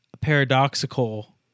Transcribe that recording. paradoxical